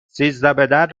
سیزدهبدر